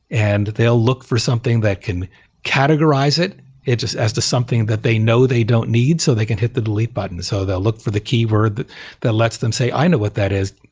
and they'll look for something that can categorize it it as to something that they know they don't need so they can hit the delete button. so they'll look for the keyword that that lets them say, i know what that is.